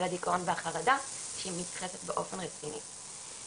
הדיכאון והחרדה כשהיא מתייחסת באופן רציני.